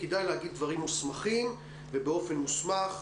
כדאי להגיד דברים מוסמכים ובאופן מוסמך,